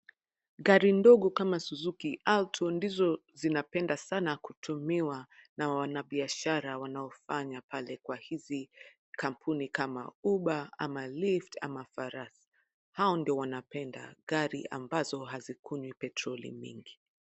Gari ndogo kama Suzuki Alto ndizo zinapenda sana kutumiwa na wanabiashara wanaofanya pale kwa hizi kampuni kama Uber, amalift, ama farasi. Hao ndio wanapenda gari ambazo hazikunywi petroli mingi.